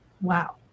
wow